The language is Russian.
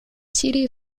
сирии